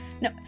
No